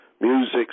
music